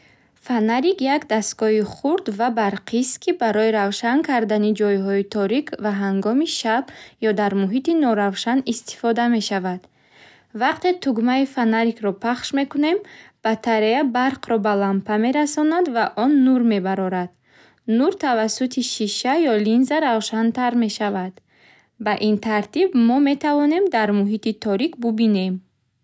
Фонарик як дастгоҳи хурд ва барқист, ки барои равшан кардани ҷойҳои торик ва ҳангоми шаб ё дар муҳити норавшан истифода мешавад. Вақте тугмаи фонарикро пахш мекунем, батарея барқро ба лампа мерасонад ва он нур мебарорад. Нур тавассути шиша ё линза равшантар мешавад. Ба ин тартиб, мо метавонем дар муҳити торик бубинем.